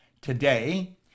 today